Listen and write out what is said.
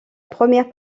première